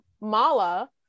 mala